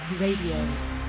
Radio